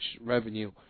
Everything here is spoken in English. revenue